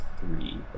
three